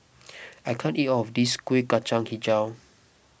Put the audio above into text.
I can't eat all of this Kuih Kacang HiJau